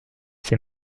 ses